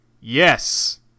yes